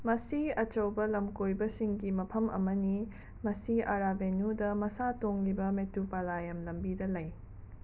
ꯃꯁꯤ ꯑꯆꯧꯕ ꯂꯝꯀꯣꯏꯕꯁꯤꯡꯒꯤ ꯃꯐꯝ ꯑꯃꯅꯤ ꯃꯁꯤ ꯑꯔꯥꯕꯦꯅꯨꯗ ꯃꯁꯥ ꯇꯣꯡꯂꯤꯕ ꯃꯦꯇꯨꯄꯂꯥꯌꯝ ꯂꯝꯕꯤꯗ ꯂꯩ